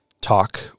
talk